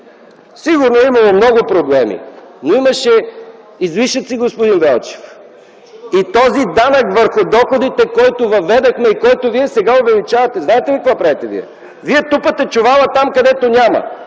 сигурно е имало много проблеми, но имаше излишъци, господин Велчев. Този данък върху доходите, който въведохме и който сега вие увеличавате ... Знаете ли какво правите вие? Вие тупате чувала там, където няма.